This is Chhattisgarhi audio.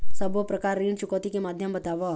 सब्बो प्रकार ऋण चुकौती के माध्यम बताव?